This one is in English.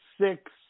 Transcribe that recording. six